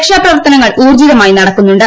രക്ഷാപ്രവർത്തനങ്ങൾ ഊർജ്ജിതമായി നടക്കുന്നുണ്ട്